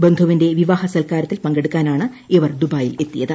ബന്ധുവിന്റെ വിവാഹ സൽക്കാരത്തിൽ പങ്കെടുക്കാനാണ് ഇവർ ദുബായിൽ എത്തിയത്